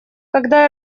когда